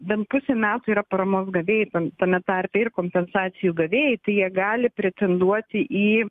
bent pusė metų yra paramos gavėjai tame tarpe ir kompensacijų gavėjai tai jie gali pretenduoti į